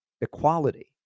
equality